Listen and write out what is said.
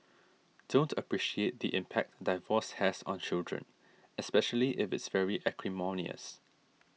don't appreciate the impact divorce has on children especially if it's very acrimonious